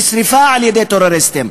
נשרפה על-ידי טרוריסטים,